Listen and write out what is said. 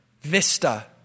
Vista